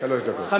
למה שלוש דקות?